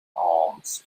alms